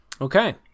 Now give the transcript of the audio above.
Okay